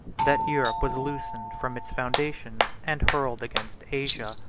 that europe was loosened from its foundations, and hurled against asia.